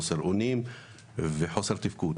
של חוסר אונים ושל חוסר יכולת לתפקד.